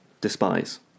despise